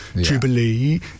jubilee